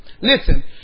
Listen